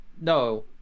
No